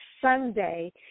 Sunday